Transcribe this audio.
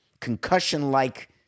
concussion-like